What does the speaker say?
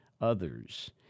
others